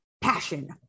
passion